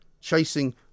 chasing